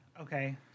Okay